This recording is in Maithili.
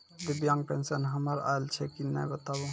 दिव्यांग पेंशन हमर आयल छै कि नैय बताबू?